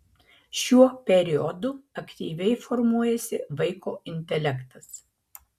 šiuo periodu aktyviai formuojasi vaiko intelektas